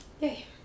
yay